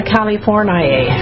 California